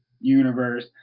universe